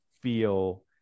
feel